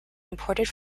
imported